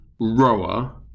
rower